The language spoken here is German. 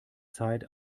zeit